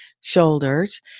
shoulders